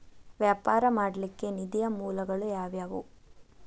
ವ್ಯಾಪಾರ ಮಾಡ್ಲಿಕ್ಕೆ ನಿಧಿಯ ಮೂಲಗಳು ಯಾವ್ಯಾವು?